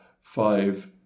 five